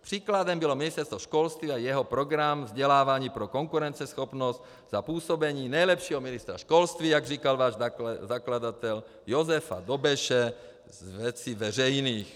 Příkladem bylo Ministerstvo školství a jeho program Vzdělávání pro konkurenceschopnost za působení nejlepšího ministra školství, jak říkal váš zakladatel, Josefa Dobeše z Věcí veřejných.